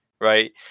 right